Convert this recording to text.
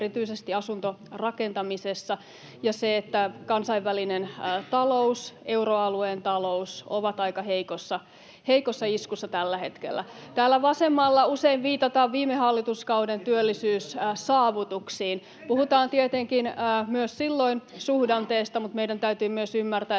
erityisesti asuntorakentamisessa, ja se, että kansainvälinen talous ja euroalueen talous ovat aika heikossa iskussa tällä hetkellä. Täällä vasemmalla usein viitataan viime hallituskauden työllisyyssaavutuksiin. Puhutaan tietenkin myös silloin suhdanteesta, mutta meidän täytyy myös ymmärtää,